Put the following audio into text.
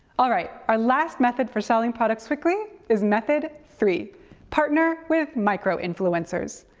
alright, our last method for selling products quickly, is method three partner with micro-influencers.